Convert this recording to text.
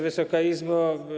Wysoka Izbo!